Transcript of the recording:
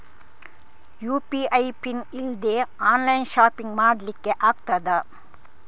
UPI PIN ಇಲ್ದೆ online shopping ಮಾಡ್ಲಿಕ್ಕೆ ಆಗ್ತದಾ?